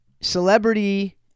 celebrity